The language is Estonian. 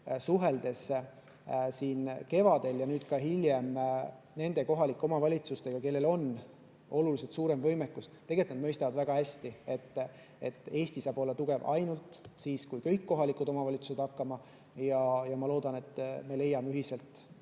suhelnud kevadel ja ka hiljem nende kohalike omavalitsustega, kellel on oluliselt suurem võimekus, [tean, et] tegelikult nad mõistavad väga hästi, et Eesti saab olla tugev ainult siis, kui kõik kohalikud omavalitsused saavad hakkama. Ma loodan, et me leiame ühiselt